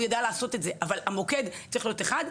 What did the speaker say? אבל המוקד צריך להיות אחד.